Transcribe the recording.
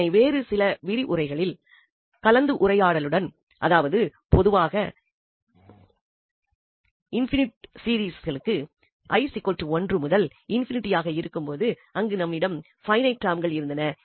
அதனை வேறு சில விரிவுரைகளில் கலந்துரையாடும் போது அதாவது பொதுவாக இன்பைனிட் சீரிஸ்களுக்கு i1 முதல் இன்பினிட்டி ஆக இருக்கும் போது இங்கு நம்மிடம் பைனைட் டெர்ம்கள் இருந்தன